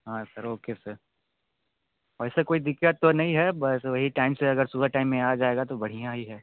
हाँ sir okay sir और sir कोई दिक्कत तो नहीं है बस वही टाइम से अगर सुबह टाइम में आ जाएगा तो बढ़िया ही है